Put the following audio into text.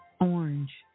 orange